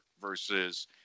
versus